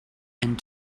and